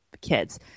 kids